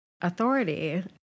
authority